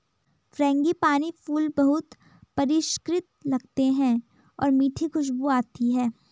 frangipani फूल बहुत परिष्कृत लगते हैं और मीठी खुशबू आती है